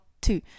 two